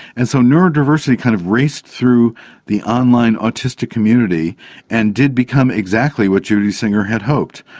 and so neurodiversity kind of raced through the online autistic community and did become exactly what judy singer had hoped,